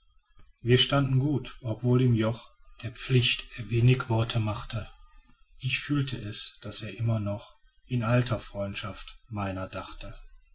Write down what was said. wir standen gut obwohl im joch der pflicht er wenig worte machte ich fühlt es daß er immer noch in alter freundschaft meiner dachte